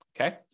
okay